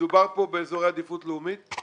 מדובר כאן באזורי עדיפות לאומית.